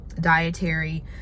dietary